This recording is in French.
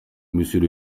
monsieur